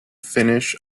finish